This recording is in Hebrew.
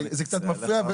זה קצת מפריע.